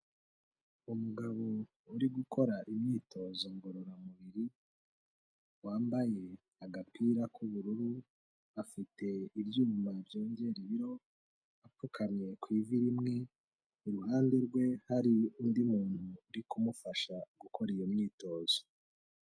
Umugabo uri gukora imyitozo ngororamubiri, wambaye agapira k'ubururu, afite ibyuma byongera ibiro, apfukamye ku ivi rimwe, iruhande rwe hari undi muntu uri kumufasha gukora iyo myitozo.